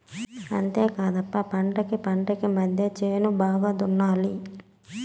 అంతేకాదప్ప పంటకీ పంటకీ మద్దెన చేను బాగా దున్నాలి